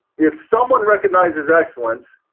if someone recognizes excellence,